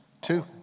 Two